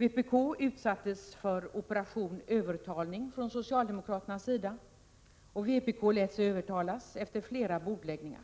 Vpk utsattes emellertid för operation övertalning från socialdemokraternas sida och lät sig övertalas efter flera bordläggningar.